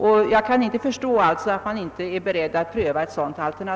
Jag kan alltså inte förstå att man inte är beredd att pröva detta.